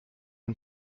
ein